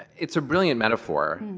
it's a brilliant metaphor.